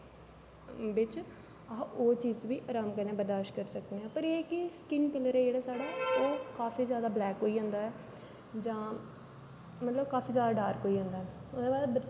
बिच अस ओह् चीज बी आराम कन्नै बर्जदाशत करने हां पर एह् है कि स्किन कलर ऐ जेहड़ा साढ़ा ओह् काफी ज्यादा ब्लैक होई जंदा ऐ जां मतलब काफी ज्यादा डार्क होई जंदा ओहदे बाद